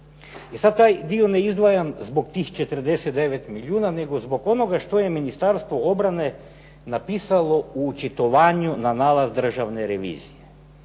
I sad taj dio ne izdvajam zbog tih 49 milijuna, nego zbog onoga što je Ministarstvo obrane napisalo u očitovanju na nalaz državne revizije.